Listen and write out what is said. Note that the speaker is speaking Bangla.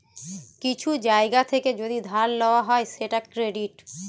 কিছু জায়গা থেকে যদি ধার লওয়া হয় সেটা ক্রেডিট